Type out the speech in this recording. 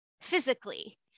physically